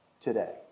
today